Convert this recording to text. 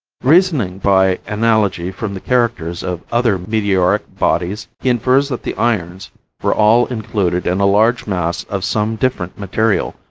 reasoning by analogy from the characters of other meteoric bodies, he infers that the irons were all included in a large mass of some different material,